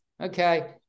Okay